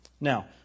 Now